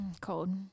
Cold